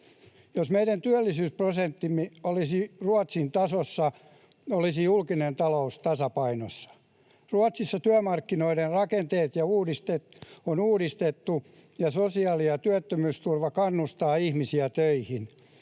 Jos meidän työllisyysprosenttimme olisi Ruotsin tasossa, olisi julkinen talous tasapainossa. Ruotsissa työmarkkinoiden rakenteet on uudistettu ja sosiaali‑ ja työttömyysturva kannustaa ihmisiä töihin.